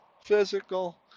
physical